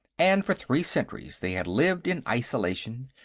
and for three centuries they had lived in isolation,